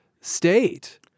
state